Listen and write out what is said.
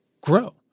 grow